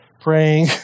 Praying